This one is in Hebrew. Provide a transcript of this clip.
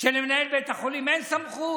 שלמנהל בית החולים אין סמכות?